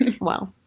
Wow